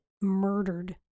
murdered